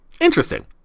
interesting